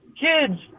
kids